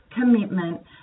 commitment